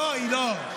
לא, היא לא.